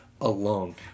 alone